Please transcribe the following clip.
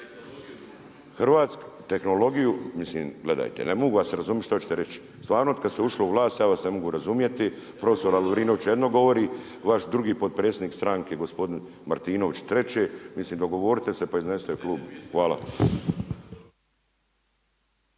Tehnologiju, mislim gledajte ne mogu vas razumit šta hoćete reći. Stvarno od kad ste ušli u vlat ja vas ne mogu razumjeti. Profesor Lovrinović jedno govori, vaš drugi potpredsjednik stranke gospodin Martinović treće. Mislim dogovorite se, pa iznesite klub. Hvala.